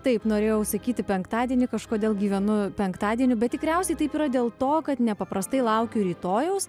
taip norėjau sakyti penktadienį kažkodėl gyvenu penktadieniu bet tikriausiai taip yra dėl to kad nepaprastai laukiu rytojaus